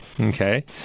okay